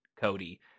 Cody